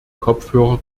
kopfhörer